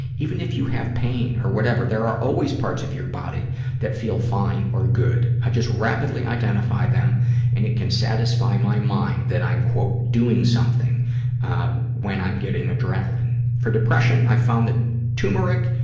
even if you have pain or whatever, there are always parts of your body that feel fine or good. i just rapidly identify them and it can satisfy my mind that i am, quote, doing something when i'm getting adrenaline. for depression, i've found that turmeric,